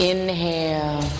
Inhale